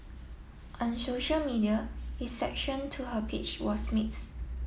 on social media reception to her peach was mix